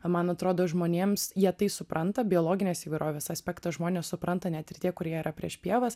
man atrodo žmonėms jie tai supranta biologinės įvairovės aspektą žmonės supranta net ir tie kurie yra prieš pievas